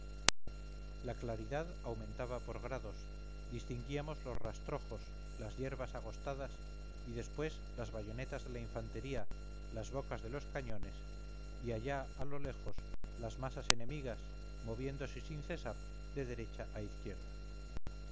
la claridad aumentaba por grados distinguíamos los rastrojos las yerbas agostadas y despuéslas bayonetas de la infantería las bocas de los cañones y allá a lo lejos las masas enemigas moviéndose sin cesar de derecha a izquierda